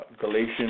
Galatians